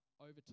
over